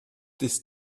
this